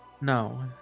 No